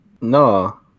No